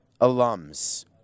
alums